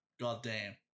Goddamn